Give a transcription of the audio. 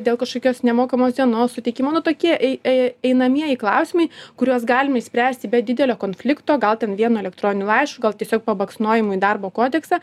dėl kažkokios nemokamos dienos suteikimo nu tokie ei ei einamieji klausimai kuriuos galim išspręsti be didelio konflikto gal ten vienu elektroniniu laišku gal tiesiog pabaksnojimu į darbo kodeksą